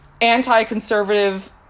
anti-conservative